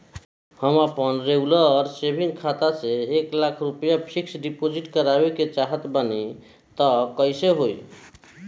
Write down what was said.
हम आपन regular saving खाता से एक लाख रुपया फिक्स डिपॉज़िट करवावे के चाहत बानी त कैसे होई?